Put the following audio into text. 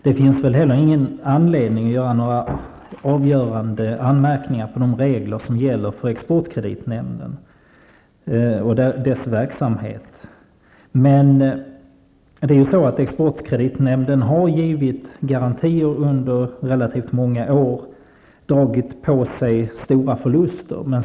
Det finns inte heller någon anledning att göra några avgörande anmärkningar mot de regler som gäller för exportkreditnämnden och dess verksamhet. Exportkreditnämnden har givit garantier under relativt många år och i samband därmed dragit på sig stora förluster.